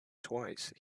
twice